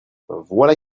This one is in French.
voilà